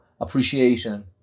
appreciation